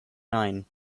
nine